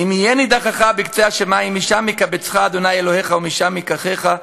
"אם יהיה נִדַּחֲךָ בקצה השמים משם יְקַבֶּצְךָ ה' אלהיך ומשם יקחך.